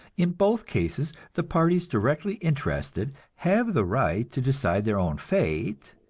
in both cases, the parties directly interested have the right to decide their own fate,